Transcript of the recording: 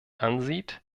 ansieht